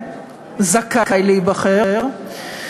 זכאי להיבחר,